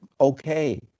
okay